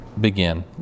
begin